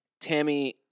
Tammy